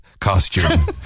costume